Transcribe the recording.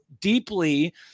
deeply